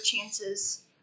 chances